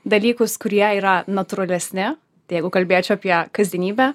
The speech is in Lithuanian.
dalykus kurie yra natūralesni jeigu kalbėčiau apie kasdienybę